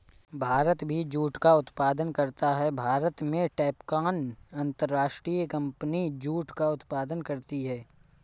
भारत भी जूट का उत्पादन करता है भारत में टैपकॉन अंतरराष्ट्रीय कंपनी जूट का उत्पादन करती है